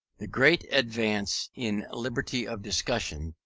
the great advance in liberty of discussion,